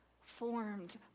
formed